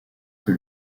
que